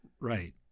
Right